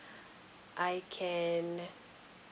I can